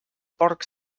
porc